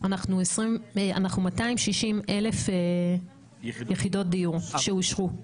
אנחנו 260,000 יחידות דיור שאושרו.